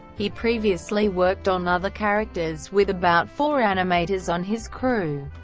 he previously worked on other characters with about four animators on his crew,